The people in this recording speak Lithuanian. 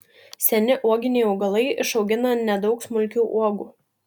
seni uoginiai augalai išaugina nedaug smulkių uogų